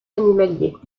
animaliers